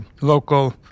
local